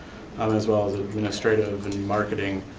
um as well as administrative and marketing.